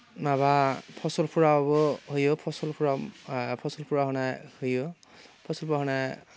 माबा फसलफ्रावबो होयो फसलफ्रा फसलफ्रा होनाय होयो फसलफ्राव होनाय